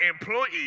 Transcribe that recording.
employee